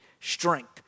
strength